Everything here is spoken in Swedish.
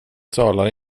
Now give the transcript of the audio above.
talar